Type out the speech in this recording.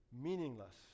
meaningless